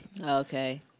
Okay